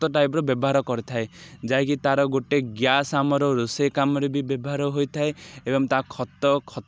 ଖତ ଟାଇପ୍ର ବ୍ୟବହାର କରିଥାଏ ଯାଇକି ତାର ଗୋଟେ ଗ୍ୟାସ୍ ଆମର ରୋଷେଇ କାମରେ ବି ବ୍ୟବହାର ହୋଇଥାଏ ଏବଂ ତା ଖତ